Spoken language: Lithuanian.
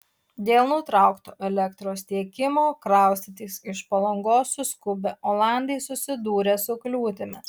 dėl nutraukto elektros tiekimo kraustytis iš palangos suskubę olandai susidūrė su kliūtimis